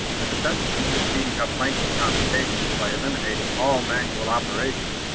the necessity for speeding up lengthy computations by eliminating all manual operations,